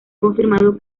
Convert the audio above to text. confirmado